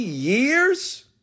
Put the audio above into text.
years